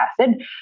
acid